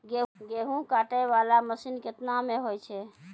गेहूँ काटै वाला मसीन केतना मे होय छै?